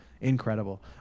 incredible